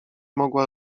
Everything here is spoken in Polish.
mogła